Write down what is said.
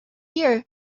year